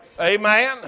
Amen